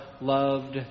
loved